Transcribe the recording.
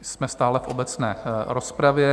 Jsme stále v obecné rozpravě.